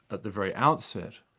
at the very outset,